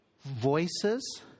voices